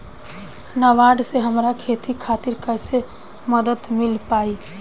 नाबार्ड से हमरा खेती खातिर कैसे मदद मिल पायी?